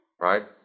right